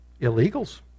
illegals